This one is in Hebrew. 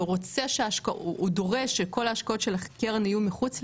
שהוא דורש שכל ההשקעות של הקרן יהיו מחוץ לישראל,